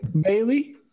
Bailey